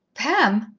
pam!